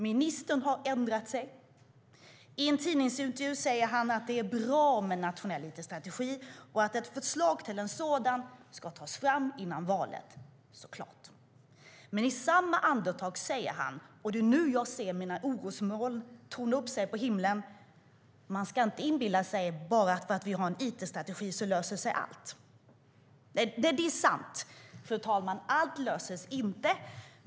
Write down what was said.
Ministern har som sagt ändrat sig. I en tidningsintervju säger han att det är bra med en nationell it-strategi och att ett förslag till en sådan ska tas fram före valet - såklart. I samma andetag säger han dock - och det är nu jag ser orosmoln torna upp sig på himlen - att man inte ska inbilla sig att allt löser sig bara för att vi har en it-strategi. Nej, det är sant, fru talman. Allt löser sig inte.